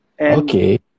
Okay